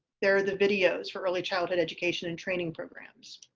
there are the videos for early childhood education and training programs.